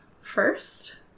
first